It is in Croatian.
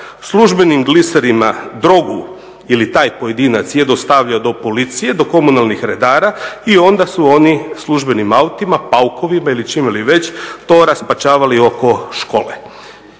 službenim gliserima drogu ili taj pojedinac je dostavio do Policije, do komunalnih redara i onda su oni službenim autima, paukovima ili čime već, to raspačavali oko škole.